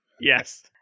Yes